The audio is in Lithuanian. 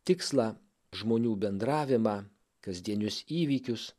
tikslą žmonių bendravimą kasdienius įvykius